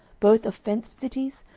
both of fenced cities,